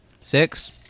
Six